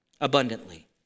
abundantly